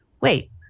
Wait